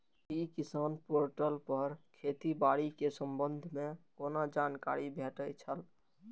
ई किसान पोर्टल पर खेती बाड़ी के संबंध में कोना जानकारी भेटय छल?